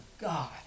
god